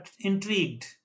intrigued